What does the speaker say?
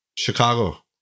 Chicago